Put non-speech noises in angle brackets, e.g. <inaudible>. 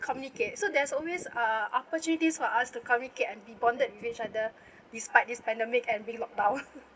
communicate so there's always uh opportunities for us to communicate and be bonded with each other <breath> despite this pandemic and being lockdown <laughs>